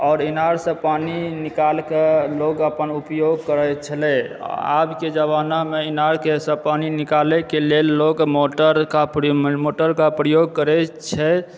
आओर इनारसंँ पानी निकाल कए लोग अपन उपयोग करैत छलए आबके जमानामे इनारके सब पानि निकालएके लेल लोग मोटरकाे प्रयोग मोटरके प्रयोग करैत छै